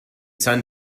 sun